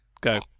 Go